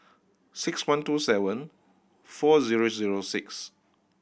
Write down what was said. six one two seven four zero zero six